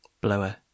Blower